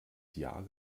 jahr